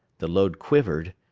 the load quivered,